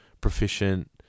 proficient